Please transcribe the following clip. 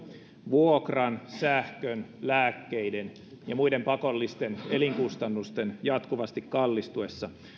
vuokran sähkön lääkkeiden ja muiden pakollisten elinkustannusten jatkuvasti kallistuessa